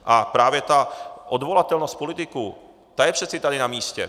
A právě ta odvolatelnost politiků je tady přece namístě.